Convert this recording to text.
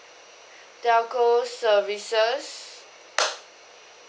telco services